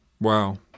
Wow